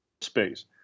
space